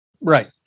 Right